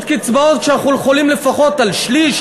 קצבאות כשאנחנו יכולים לפחות על שליש,